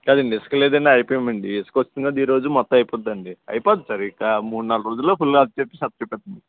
కాదండి ఇసక లేదని ఆగిపోయామండి ఇసుకొస్తుంది కదా ఈ రోజు మొత్తం అయిపోతుందండి అయిపోతుంది సార్ ఇక మూడు నాలుగు రోజులలో ఫుల్ ఆఫ్జెఫ్ అప్పచెప్పేస్తాం